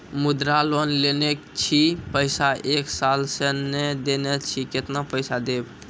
मुद्रा लोन लेने छी पैसा एक साल से ने देने छी केतना पैसा देब?